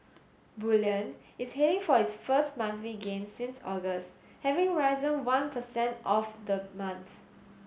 bullion is heading for its first monthly gain since August having risen one per cent of the month